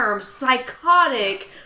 psychotic